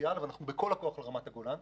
פוטנציאל והלכנו בכל הכוח על רמת הגולן.